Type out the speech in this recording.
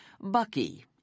Bucky